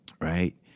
right